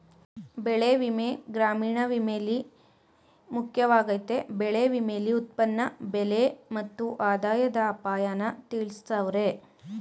ಬೆಳೆವಿಮೆ ಗ್ರಾಮೀಣ ವಿಮೆಲಿ ಮುಖ್ಯವಾಗಯ್ತೆ ಬೆಳೆ ವಿಮೆಲಿ ಉತ್ಪನ್ನ ಬೆಲೆ ಮತ್ತು ಆದಾಯದ ಅಪಾಯನ ತಿಳ್ಸವ್ರೆ